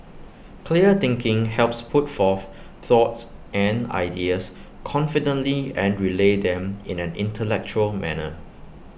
clear thinking helps put forth thoughts and ideas confidently and relay them in an intellectual manner